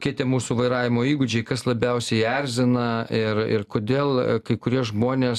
kiti mūsų vairavimo įgūdžiai kas labiausiai erzina ir ir kodėl kai kurie žmonės